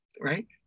Right